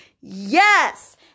Yes